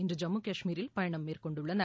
இன்று ஐம்மு கஷ்மீரில் பயணம் மேற்கொண்டுள்ளனர்